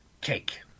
cake